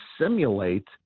simulate